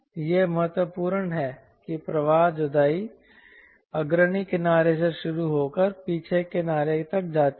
यह महत्वपूर्ण है कि प्रवाह जुदाई अग्रणी किनारे से शुरू होकर पीछे किनारे तक जाती है